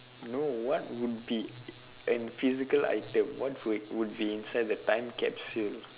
no what would be an physical item what would would be inside the time capsule